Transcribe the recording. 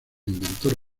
inventor